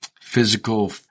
physical